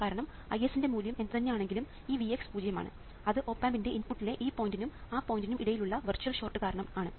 കാരണം Is ന്റെ മൂല്യം എന്തുതന്നെ ആണെങ്കിലും ഈ Vx പൂജ്യമാണ് അത് ഓപ് ആമ്പിന്റെ ഇൻപുട്ടിലെ ഈ പോയിന്റ്നും ആ പോയിന്റ്നും ഇടയിലുള്ള വെർച്വൽ ഷോർട്ട് കാരണം ആണ്